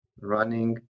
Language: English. running